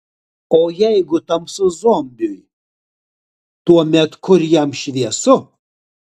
o jeigu tamsu zombiui tuomet kur jam šviesu